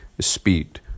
speed